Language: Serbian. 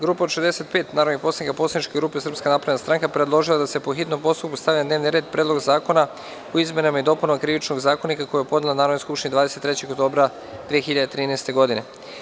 Grupa od 65 narodnih poslanika poslaničke grupe Srpska napredna stranka predložila je da se po hitnom postupku stavi na dnevni red Predlog zakona o izmenama i dopunama Krivičnog zakonika, koju je podnela Narodnoj skupštini 23. oktobra 2013. godine.